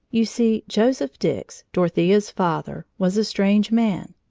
you see, joseph dix, dorothea's father, was a strange man.